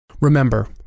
Remember